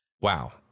wow